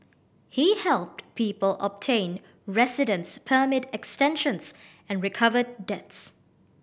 he helped people obtain residence permit extensions and recovered debts